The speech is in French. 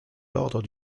l’ordre